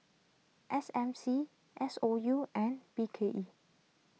S M C S O U and B K E